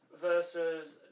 versus